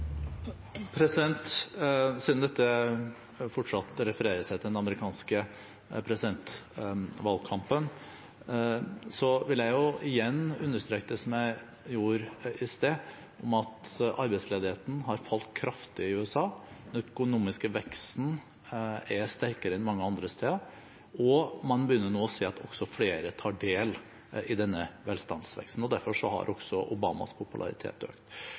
Siden dette fortsatt refererer seg til den amerikanske presidentvalgkampen, vil jeg igjen understreke, som jeg gjorde i sted, at arbeidsledigheten har falt kraftig i USA, den økonomiske veksten er sterkere enn mange andre steder, og man begynner nå å se at også flere tar del i denne velstandsveksten. Derfor har også Obamas popularitet økt.